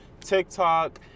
TikTok